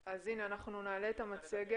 כשנדרש,